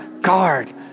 guard